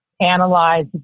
analyze